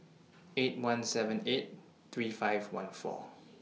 eight one seven eight three five one four